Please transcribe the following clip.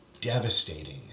devastating